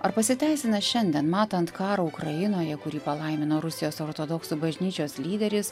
ar pasiteisina šiandien matant karo ukrainoje kurį palaimino rusijos ortodoksų bažnyčios lyderis